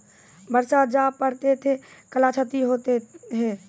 बरसा जा पढ़ते थे कला क्षति हेतै है?